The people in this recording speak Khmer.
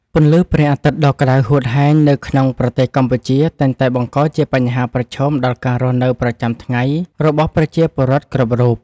ពន្លឺព្រះអាទិត្យដ៏ក្តៅហួតហែងនៅក្នុងប្រទេសកម្ពុជាតែងតែបង្កជាបញ្ហាប្រឈមដល់ការរស់នៅប្រចាំថ្ងៃរបស់ប្រជាពលរដ្ឋគ្រប់រូប។